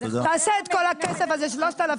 תעשה את כל הכסף הזה, 3,000 שקלים.